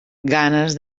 ganes